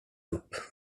upp